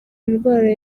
indwara